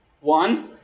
One